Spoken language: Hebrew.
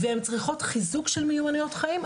והן צריכות חיזוק של מיומנויות חיים.